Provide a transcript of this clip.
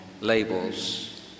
labels